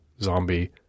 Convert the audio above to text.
zombie